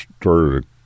started